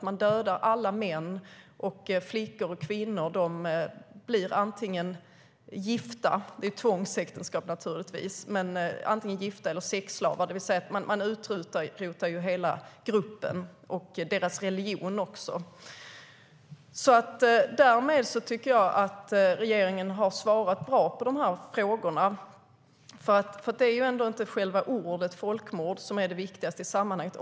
Man dödar alla män, och flickor och kvinnor blir antingen gifta - det är naturligtvis tvångsäktenskap - eller sexslavar. Man utrotar alltså hela gruppen och även deras religion. Därmed tycker jag att regeringen har svarat bra på frågorna. Det är nämligen inte själva ordet "folkmord" som är det viktigaste i sammanhanget.